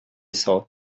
thought